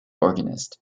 organist